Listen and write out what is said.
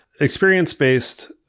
Experience-based